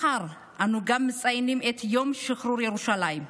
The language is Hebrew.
מחר אנו גם מציינים את יום שחרור ירושלים.